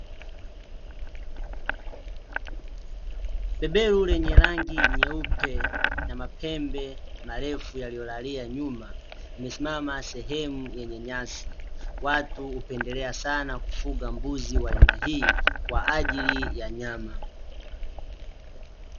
Beberu lenye rangi nyeupe na mapembe marefu yaliyolalia nyuma, limesimama sehemu yenye nyasi. Watu hupendelea sana kufuga mbuzi wa aina hii kwaajili ya nyama.